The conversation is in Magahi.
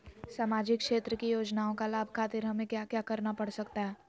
सामाजिक क्षेत्र की योजनाओं का लाभ खातिर हमें क्या क्या करना पड़ सकता है?